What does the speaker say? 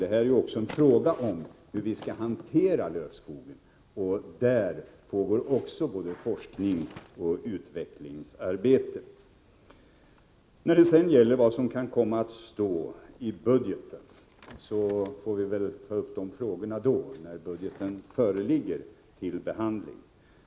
Det här är även en fråga om hur vi skall hantera lövskogen, och på det området pågår också forskningsoch utvecklingsarbete. Det som kan komma att stå i budgeten får vi väl ta upp till diskussion när budgeten föreligger till behandling.